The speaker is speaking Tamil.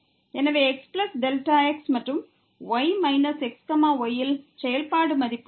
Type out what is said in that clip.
எனவே xΔx மற்றும் y மைனஸ் x y இல் செயல்பாடு மதிப்பு